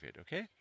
okay